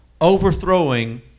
overthrowing